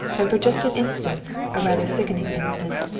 and for just an instant, a rather sickening instant,